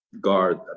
guard